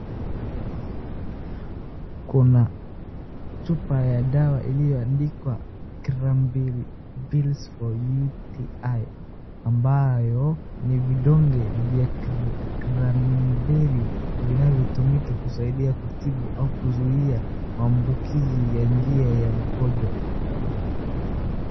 Kuna chupa ya dawa iliyoandikwa cranberry pills for UTI ambayo ni vidonge vya cranberry vinavyotumika kusaidia kutibu au kuzuia maambukizi yaingie ya mkojo.